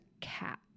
cat